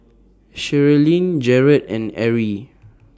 Sherilyn Jarett and Arrie